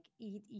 eat